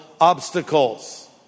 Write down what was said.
obstacles